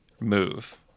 move